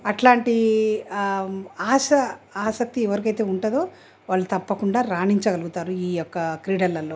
అట్లాంటి ఆశ ఆసక్తి ఎవరికైతే ఉంటుందో వాళ్ళు తప్పకుండా రాణించగలుగుతారు ఈ యొక్క క్రీడలలో